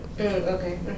Okay